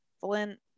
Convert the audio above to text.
Flint